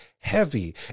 Heavy